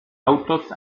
autoz